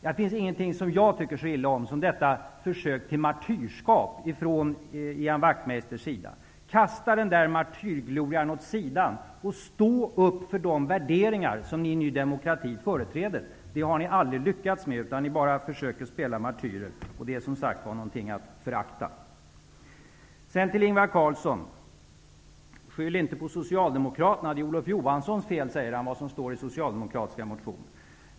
Det finns ingenting som jag tycker så illa om som detta försök till martyrskap från Ian Wachtmeisters sida. Kasta martyrglorian åt sidan och stå upp för de värderingar som ni i Ny demokrati företräder! Det har ni aldrig lyckats med, utan ni bara försöker spela martyrer, och det är som sagt någonting att förakta. Sedan till Ingvar Carlsson. Skyll inte på Socialdemokraterna, för det är Olof Johanssons fel, säger han, det som står i socialdemokratiska motioner!